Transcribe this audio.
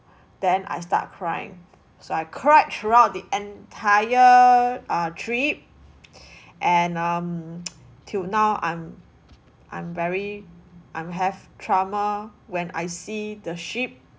then I start crying so I cried throughout the entire uh trip and um till now I'm I'm very I'm have trauma when I see the ship